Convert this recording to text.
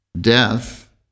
Death